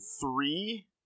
three